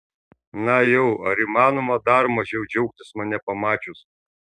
na jau ar įmanoma dar mažiau džiaugtis mane pamačius